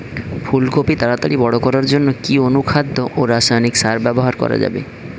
ফুল কপি তাড়াতাড়ি বড় করার জন্য কি অনুখাদ্য ও রাসায়নিক সার ব্যবহার করা যাবে?